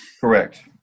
Correct